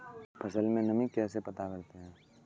फसल में नमी कैसे पता करते हैं?